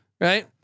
Right